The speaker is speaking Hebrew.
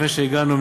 לפני שהגענו,